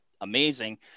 amazing